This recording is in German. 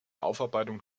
aufarbeitung